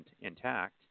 intact